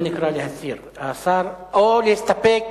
זה נקרא להסיר או להסתפק